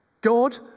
God